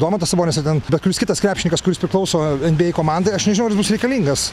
domantas sabonis ar ten bet kuris kitas krepšininkas kuris priklauso nba komandai aš nežinau ar jis bus reikalingas